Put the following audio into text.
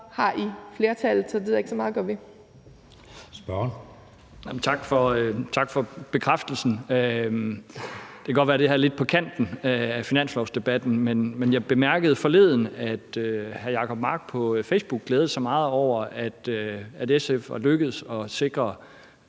10:39 Torsten Schack Pedersen (V): Tak for bekræftelsen. Det kan godt være, det her er lidt på kanten af finanslovsdebatten, men jeg bemærkede forleden, at hr. Jacob Mark på Facebook glædede sig meget over, at SF var lykkedes med at sikre